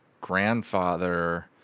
grandfather